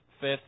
fifth